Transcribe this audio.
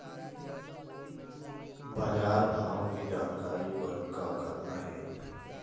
बजार भाव के जानकारी बर का करना हे?